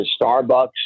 Starbucks